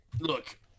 Look